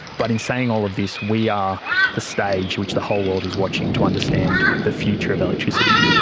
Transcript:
but in saying all of this, we are the stage which the whole world is watching to understand the future of electricity.